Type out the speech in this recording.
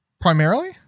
Primarily